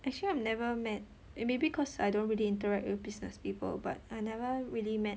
actually I've never met maybe cause I don't really interact with business people but I never really met